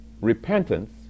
Repentance